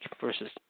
versus